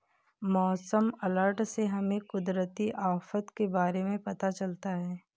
मौसम अलर्ट से हमें कुदरती आफत के बारे में पता चलता है